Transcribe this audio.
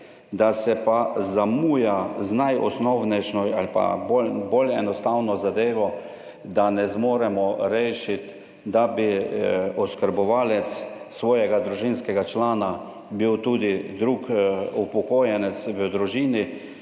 da se pa zamuja z najosnovnejšo ali pa bolj, bolj enostavno zadevo, da ne zmoremo rešiti, da bi oskrbovalec svojega družinskega člana bil tudi drug upokojenec v družini